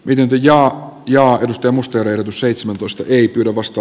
viljelty ja jaaritusta mustonen seitsemäntoista ei pyydä vasta